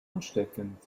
ansteckend